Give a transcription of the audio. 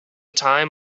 time